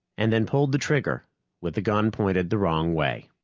and then pulled the trigger with the gun pointed the wrong way.